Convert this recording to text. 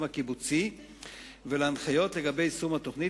הקיבוצי ולהנחיות לגבי יישום התוכנית,